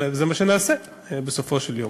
וזה מה שנעשה בסופו של יום.